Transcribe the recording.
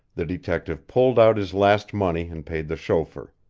the detective pulled out his last money and paid the chauffeur.